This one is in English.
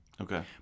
Okay